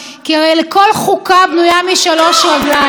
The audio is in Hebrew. כי הרי כל חוקה בנויה משלוש רגליים.